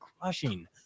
crushing